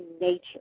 nature